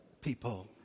people